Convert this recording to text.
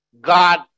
God